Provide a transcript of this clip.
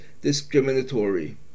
Discriminatory